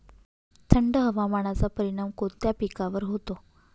थंड हवामानाचा परिणाम कोणत्या पिकावर होतो?